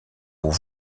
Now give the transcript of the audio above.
aux